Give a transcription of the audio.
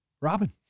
Robin